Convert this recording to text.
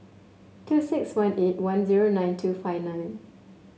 two six one eight one zero nine two five nine